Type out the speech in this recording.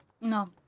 no